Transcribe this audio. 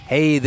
Hey